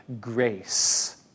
grace